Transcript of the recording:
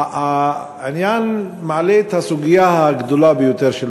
העניין מעלה את הסוגיה הגדולה יותר של